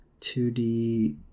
2D